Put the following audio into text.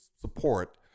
support